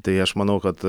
tai aš manau kad